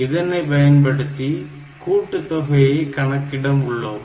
இதனைப் பயன்படுத்தி கூட்டுத் தொகையைக் கணக்கிட உள்ளோம்